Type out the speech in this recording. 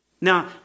Now